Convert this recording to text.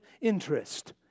interest